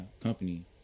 company